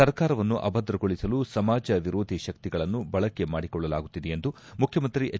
ಸರ್ಕಾರವನ್ನು ಅಭದ್ರಗೊಳಿಸಲು ಸಮಾಜ ವಿರೋಧಿ ಶಕ್ತಿಗಳನ್ನು ಬಳಕೆ ಮಾಡಿಕೊಳ್ಳಲಾಗುತ್ತಿದೆ ಎಂದು ಮುಖ್ಯಮಂತ್ರಿ ಪೆಚ್